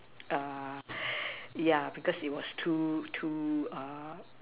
yeah because it was too too